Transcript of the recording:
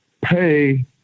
pay